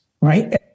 right